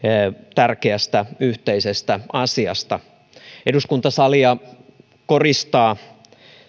tärkeästä yhteisestä asiasta eduskuntasalia koristaa